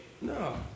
No